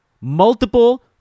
multiple